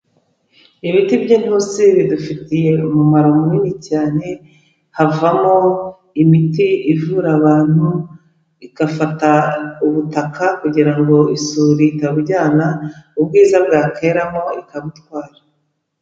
Ibiti by'intusi bidufitiye umumaro munini cyane, havamo imiti ivura abantu, igafata ubutaka kugira ngo isuri itabujyana ubwiza bwa keramo ikabutwara.